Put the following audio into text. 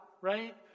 right